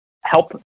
help